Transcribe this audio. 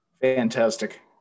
Fantastic